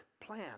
plan